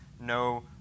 no